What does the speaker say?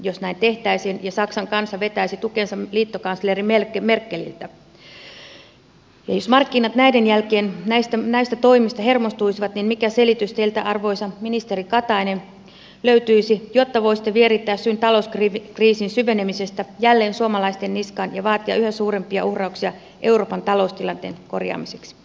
jos näin tehtäisiin ja saksan kansa vetäisi tukensa liittokansleri merkeliltä ja jos markkinat näiden jälkeen näistä toimista hermostuisivat niin mikä selitys teiltä arvoisa ministeri katainen löytyisi jotta voisitte vierittää syyn talouskriisin syvenemisestä jälleen suomalaisten niskaan ja vaatia yhä suurempia uhrauksia euroopan taloustilanteen korjaamiseksi